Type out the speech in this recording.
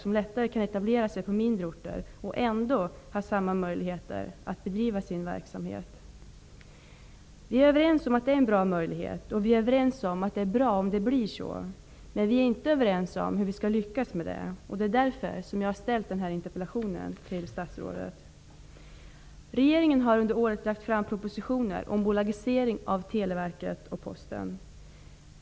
De kan lättare etablera sig på mindre orter och ändå ha samma möjligheter att bedriva sin verksamhet. Vi är överens om att detta utgör en god möjlighet och om att det är bra om det blir så. Men vi är inte överens om hur vi skall lyckas med det. Därför har jag ställt denna interpellation till statsrådet. Regeringen har under året lagt fram propostitioner om bolagisering av Televerket och Posten.